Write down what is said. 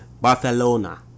Barcelona